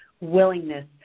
willingness